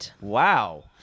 Wow